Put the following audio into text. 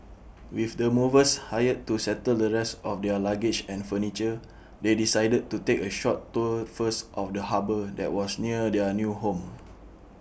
with the movers hired to settle the rest of their luggage and furniture they decided to take A short tour first of the harbour that was near their new home